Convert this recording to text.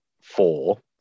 four